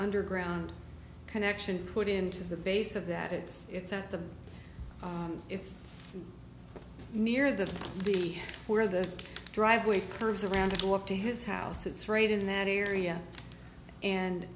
underground connection put into the base of that it's it's at the it's near the b where the driveway curves around to go up to his house it's right in that area and